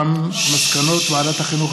מסקנות ועדת החינוך,